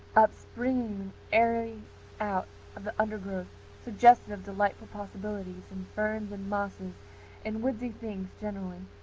upspringing airily out of an undergrowth suggestive of delightful possibilities in ferns and mosses and woodsy things generally.